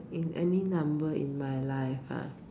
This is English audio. in any number in my life ah